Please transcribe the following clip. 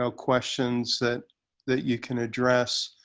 so questions that that you can address